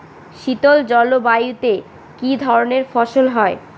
শীতল জলবায়ুতে কি ধরনের ফসল হয়?